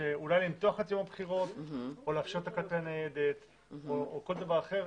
אולי למתוח את יום הבחירות או לאפשר ניידת או כל דבר אחר.